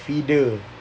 feeder